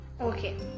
Okay